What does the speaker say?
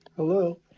Hello